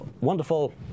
wonderful